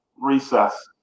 recess